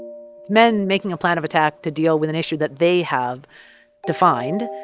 men making a plan of attack to deal with an issue that they have defined